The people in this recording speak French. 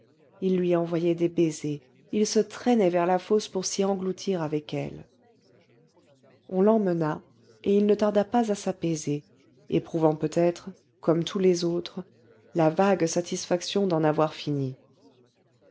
il lui envoyait des baisers il se traînait vers la fosse pour s'y engloutir avec elle on l'emmena et il ne tarda pas à s'apaiser éprouvant peut-être comme tous les autres la vague satisfaction d'en avoir fini